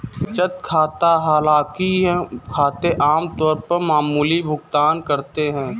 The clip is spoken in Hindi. बचत खाता हालांकि ये खाते आम तौर पर मामूली भुगतान करते है